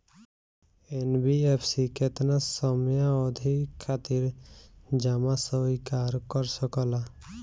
NBFC केतना समयावधि खातिर जमा स्वीकार कर सकला?